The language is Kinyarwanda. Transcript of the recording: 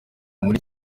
muri